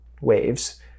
waves